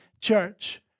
church